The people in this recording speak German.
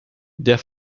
der